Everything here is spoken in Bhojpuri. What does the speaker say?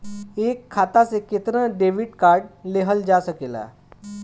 एक खाता से केतना डेबिट कार्ड लेहल जा सकेला?